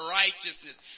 righteousness